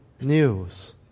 news